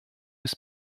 ist